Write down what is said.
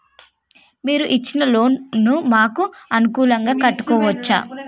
మీరు ఇచ్చిన లోన్ ను మాకు అనుకూలంగా కట్టుకోవచ్చా?